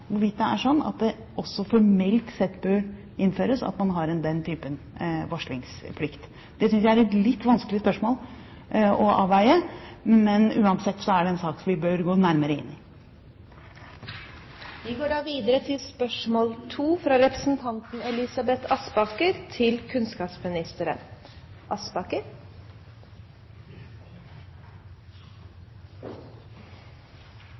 hvorvidt det er sånn at det også formelt bør innføres den typen varslingsplikt. Det synes jeg er et litt vanskelig spørsmål å avveie, men uansett er det en sak vi bør gå nærmere inn i. Jeg tillater meg å stille følgende spørsmål til kunnskapsministeren: «I 2010 bevilget Stortinget 190 millioner kroner i ekstraordinære midler til